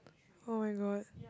[oh]-my-god